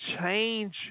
change